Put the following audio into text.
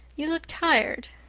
you look tired.